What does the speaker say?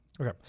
Okay